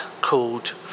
called